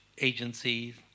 agencies